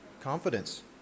Confidence